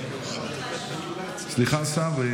סליחה, השר.